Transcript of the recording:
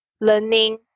learning